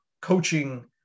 coaching